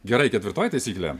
gerai ketvirtoji taisyklė